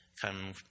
come